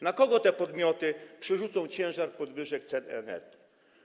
Na kogo te podmioty przerzucą ciężar podwyżek cen energii?